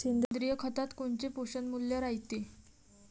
सेंद्रिय खतात कोनचे पोषनमूल्य रायते?